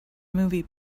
movie